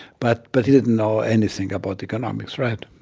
but but he didn't know anything about economics, right?